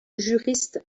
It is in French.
juriste